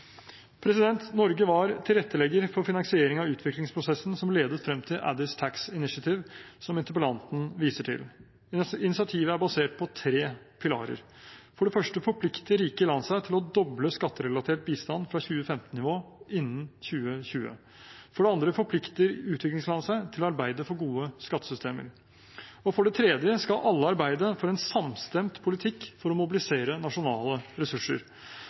Norge var tilrettelegger for finansiering av utviklingsprosessen som ledet frem til Addis Tax Initiative, som interpellanten viser til. Initiativet er basert på tre pilarer: For det første forplikter rike land seg til å doble skatterelatert bistand fra 2015-nivå innen 2020. For det andre forplikter utviklingsland seg til å arbeide for gode skattesystemer. For det tredje skal alle arbeide for en samstemt politikk for å mobilisere nasjonale ressurser.